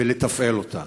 ולתפעל אותה.